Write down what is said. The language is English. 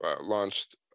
launched